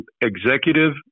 executive